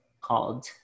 called